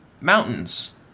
mountains –